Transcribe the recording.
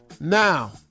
Now